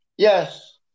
Yes